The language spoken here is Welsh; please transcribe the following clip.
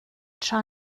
tra